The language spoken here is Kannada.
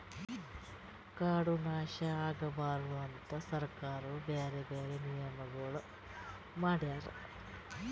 ಕಾಡು ನಾಶ ಆಗಬಾರದು ಅಂತ್ ಸರ್ಕಾರವು ಬ್ಯಾರೆ ಬ್ಯಾರೆ ನಿಯಮಗೊಳ್ ಮಾಡ್ಯಾರ್